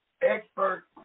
expert